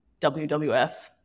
WWF